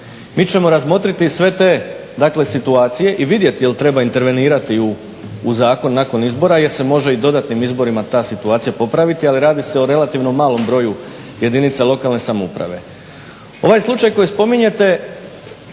Mi ćemo razmotriti sve te, dakle situacije i vidjeti jel' treba intervenirati u zakon nakon izbora, jer se može i dodatnim izborima ta situacija popraviti ali radi se o relativno malom broju jedinica lokalne samouprave. Ovaj slučaj koji spominjete